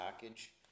package